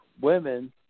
women